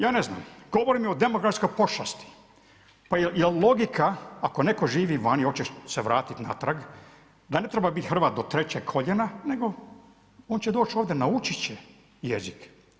Ja ne znam, govore o demografskoj pošasti, pa je li logika ako netko živi vani i hoće se vratiti natrag da ne treba biti Hrvat do 3.-eg koljena nego on će doći ovdje, naučiti će jezik.